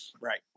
Right